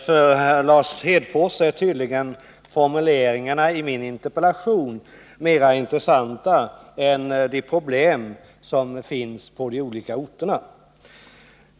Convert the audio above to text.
Fru talman! För Lars Hedfors är tydligen formuleringarna i min interpellation mer intressanta än de problem som finns på de olika orterna.